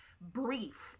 brief